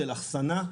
של אחסנה,